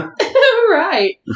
Right